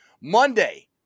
Monday